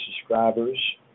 subscribers